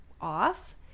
off